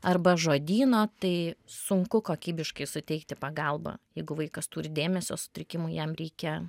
arba žodyno tai sunku kokybiškai suteikti pagalbą jeigu vaikas turi dėmesio sutrikimų jam reikia